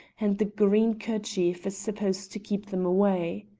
and the green kerchief is supposed to keep them away.